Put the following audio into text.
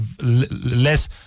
less